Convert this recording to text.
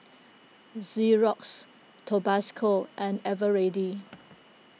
Xorex Tabasco and Eveready